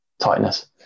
tightness